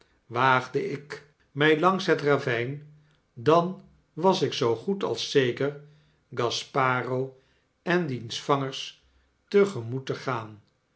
waagde ik my langs het ravyn dan was ik zoogoed als zeker gasparo eft diens vangers te gemoet te gaan